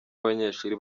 abanyeshuri